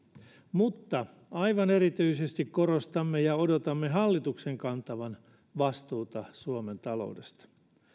mutta aivan erityisesti korostamme ja odotamme hallituksen kantavan vastuuta suomen taloudesta